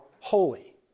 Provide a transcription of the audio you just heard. holy